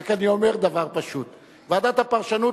אני רק אומר דבר פשוט: ועדת הפרשנות